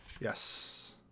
Yes